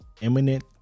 imminent